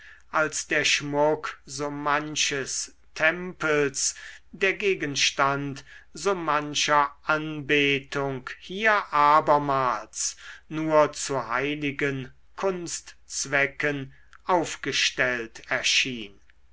als der schmuck so manches tempels der gegenstand so mancher anbetung hier abermals nur zu heiligen kunstzwecken aufgestellt erschien